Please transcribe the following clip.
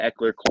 Eckler